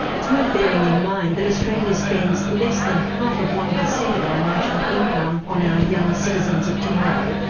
it's worth bearing in mind that australia spends less than half of one percent of our national income on our young citizens of tomorrow,